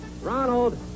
Ronald